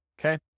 okay